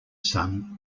son